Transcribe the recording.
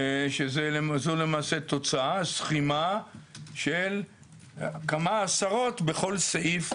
שזו למעשה תוצאה, סכימה של כמה עשרות בכל סעיף,